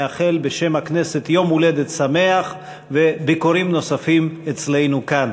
מאחל בשם הכנסת יום הולדת שמח וביקורים נוספים אצלנו כאן.